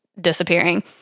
disappearing